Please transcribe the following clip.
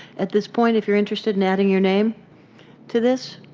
at this point if you're interested in adding your name to this?